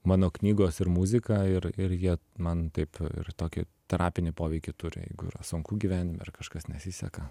mano knygos ir muzika ir ir jie man taip ir tokį terapinį poveikį turi jeigu yra sunku gyvenime ar kažkas nesiseka